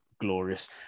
glorious